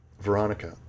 Veronica